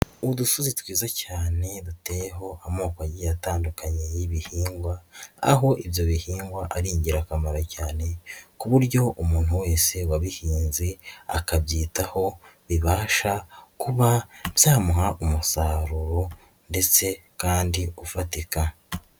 Udusozi twiza cyane duteyeho amoko agiye atandukanye y'ibihingwa, aho ibyo bihingwa ari ingirakamaro cyane ku buryo umuntu wese wabihinze akabyitaho bibasha kuba byamuha umusaruro ndetse kandi ufatika.